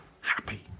happy